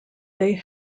they